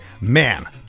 man